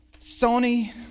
Sony